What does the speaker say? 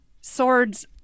swords